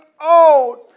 old